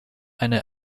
eine